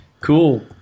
Cool